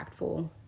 impactful